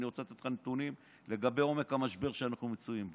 אני רוצה לתת לך נתונים לגבי עומק המשבר שאנחנו מצויים בו.